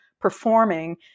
performing